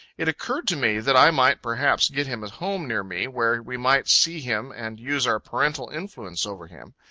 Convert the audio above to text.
it occurred to me, that i might perhaps get him a home near me, where we might see him and use our parental influence over him.